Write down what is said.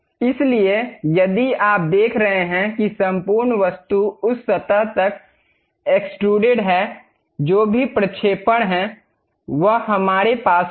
इसलिए यदि आप देख रहे हैं कि संपूर्ण वस्तु उस सतह तक एक्सट्रूडेड है जो भी प्रक्षेपण है वह हमारे पास होगा